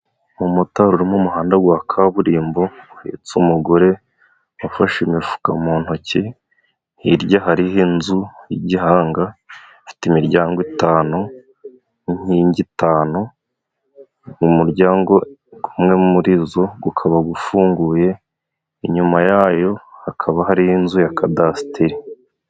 Umumotari uri mu muhanda wa kaburimbo uhetse umugore, bafashe imifuka mu ntoki, hirya hariho inzu y'igihanga ifite imiryango itanu, n'inkingi eshanu, mu muryango umwe muri yo ukaba ufunguye, inyuma yayo hakaba hariyo inzu ya cadasitiri.